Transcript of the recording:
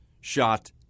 shot